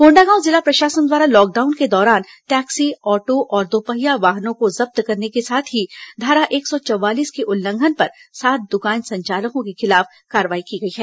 कोंडागांव जिला प्रशासन द्वारा लॉकडाउन के दौरान टैक्सी ऑटो और दोपहिया वाहनों को जब्त करने के साथ ही धारा एक सौ चवालीस के उल्लंघन पर सात दुकान संचालकों के खिलाफ की गई है